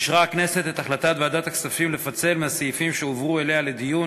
אישרה הכנסת את החלטת ועדת הכספים לפצל מהסעיפים שהועברו אליה לדיון